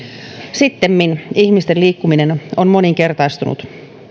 sittemmin ihmisten liikkuminen on moninkertaistunut